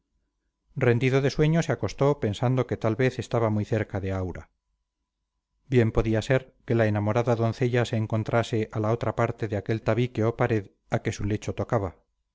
rendido de sueño se acostó pensando que tal vez estaba muy cerca de aura bien podía ser que la enamorada doncella se encontrase a la otra parte de aquel tabique o pared a que su lecho tocaba